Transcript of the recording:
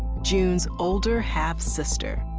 june's older half-sister.